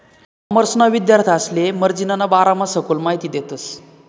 कॉमर्सना विद्यार्थांसले मार्जिनना बारामा सखोल माहिती देतस